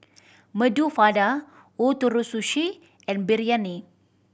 Medu Vada Ootoro Sushi and Biryani